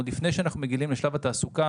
עוד לפני שאנחנו מגיעים לנושא התעסוקה.